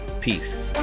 Peace